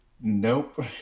nope